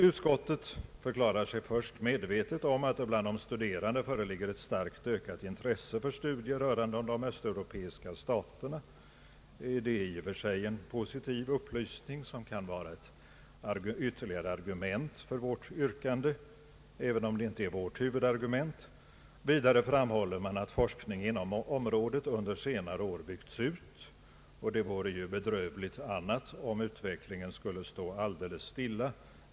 Utskottet förklarar sig först medvetet om att bland de studerande föreligger ett starkt ökat intresse för studier rörande de östeuropeiska staterna. Det är i och för sig en positiv upplysning som kan vara ett ytterligare argument för vårt yrkande, även om det inte är vårt huvudargument. Vidare framhåller man att forskning inom området under senare år byggts ut — det vore ju bedrövligt om utvecklingen skulle stå alldeles stilla.